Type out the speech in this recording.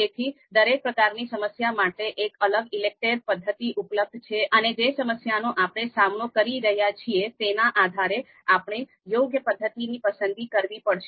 તેથી દરેક પ્રકારની સમસ્યા માટે એક અલગ ઈલેકટેર પદ્ધતિ ઉપલબ્ધ છે અને જે સમસ્યાનો આપણે સામનો કરી રહ્યા છીએ તેના આધારે આપણે યોગ્ય પદ્ધતિની પસંદગી કરવી પડશે